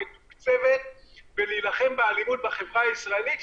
מתוקצבת ולהילחם באלימות בחברה הישראלית,